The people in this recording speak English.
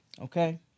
okay